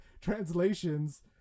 translations